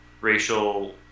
racial